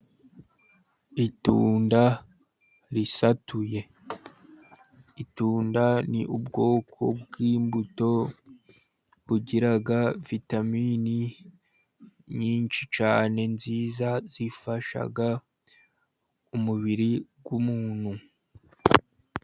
Itunda risatuye; Itunda ni ubwoko bw' imbuto bugira vitamini nyinshi cyane, nziza zifasha umubiri w' umuntu.